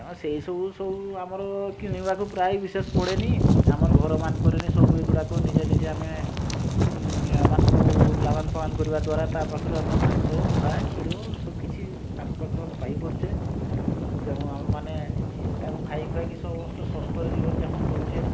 ସେଇ ସବୁ ସବୁ ଆମର କିଣିବାକୁ ପ୍ରାୟେ ବିଶେଷ ପଡ଼େନି ଆମର ଘର ମାନଙ୍କରେ ସବୁ ଏଇଗୁଡ଼ାକୁ ନିଜେ ନିଜେ ଆମେ ଏମାନଙ୍କୁ ଲାଳନ୍ ପାଳନ କରିବା ଦ୍ବାରା ତା ପାଖରୁ ଆମେ ମାଂସ ଅଣ୍ଡା କ୍ଷୀର ସବୁ କିଛି ତାଙ୍କ ପାଖରୁ ପାଇପାରୁଛେ ତେବେ ଆମେ ମାନେ ଏ ତାକୁ ଖାଇ ଖୁଆଇକି ସବୁ ସୁସ୍ଥରେ ଜୀବନ ଯାପନ କରୁଛେ